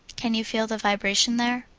can you feel the vibration there?